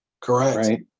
Correct